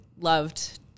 loved